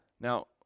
Now